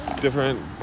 different